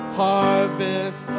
harvest